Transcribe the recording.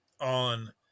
on